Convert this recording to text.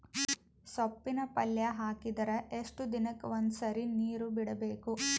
ಸೊಪ್ಪಿನ ಪಲ್ಯ ಹಾಕಿದರ ಎಷ್ಟು ದಿನಕ್ಕ ಒಂದ್ಸರಿ ನೀರು ಬಿಡಬೇಕು?